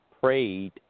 Prayed